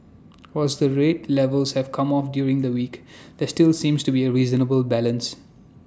whilst the rate levels have come off during the week there still seems to be A reasonable balance